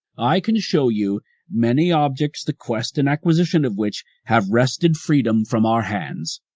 i can show you many objects, the quest and acquisition of which have wrested freedom from our hands.